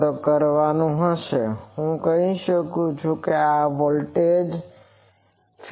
તો હું કહી શકું છું કે આ વોલ્ટેજ ફેઝ વોલ્ટેજ છે